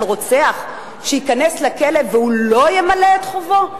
רוצח שייכנס לכלא והוא לא ימלא את חובו?